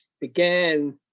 began